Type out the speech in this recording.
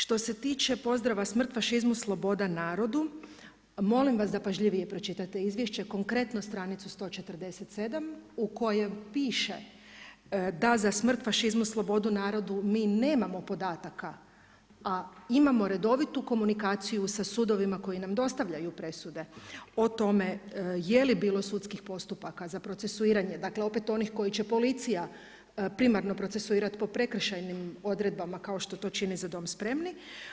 Što se tiče pozdrava „Smrt fašizmu, sloboda narodu“, molim vas da pažljivije pročitate izvješće, konkretno stranicu 147. u kojoj piše da za „Smrt fašizmu, sloboda narodu“ mi nemamo podataka a imamo redovitu komunikaciju sa sudovima koji nam dostavljaju presude o tome je li bilo sudskih postupaka za procesuiranje, dakle opet onih koje će policija primarno procesuirati po prekršajnim odredbama kao što to čini „Za dom spremni“